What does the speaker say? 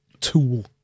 tool